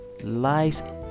lies